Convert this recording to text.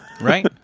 right